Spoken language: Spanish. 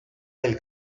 del